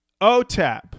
OTAP